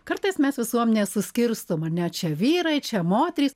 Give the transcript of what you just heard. kartais mes visuomenė suskirstoma ne čia vyrai čia moterys